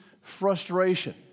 frustration